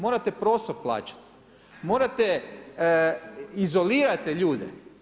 Morate prostor plaćati, morate, izolirate ljude.